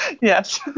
Yes